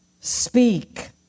speak